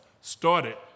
started